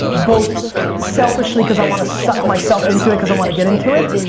both selfishly cause i wanna suck myself into it, cause i wanna get into it.